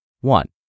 One